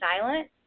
silent